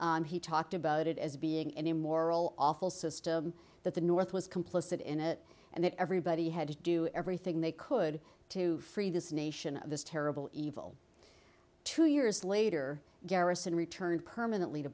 and he talked about it as being an immoral awful system that the north was complicit in it and that everybody had to do everything they could to free this nation of this terrible evil two years later garrison returned permanently to